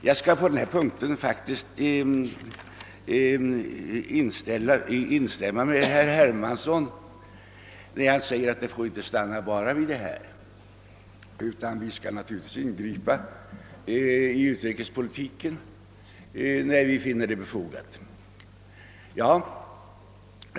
Jag skall på denna punkt faktiskt instämma med herr Hermansson, när han säger att det inte får stanna bara med alliansfrihet utan att vi naturligtvis skall ingripa i utrikespolitiken, när vi finner det befogat.